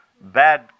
bad